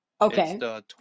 Okay